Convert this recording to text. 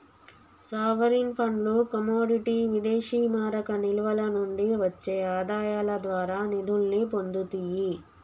sovereign ఫండ్లు commodity విదేశీమారక నిల్వల నుండి వచ్చే ఆదాయాల ద్వారా నిధుల్ని పొందుతియ్యి